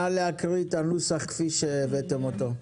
נא להקריא את הנוסח כפי שהבאתם אותו.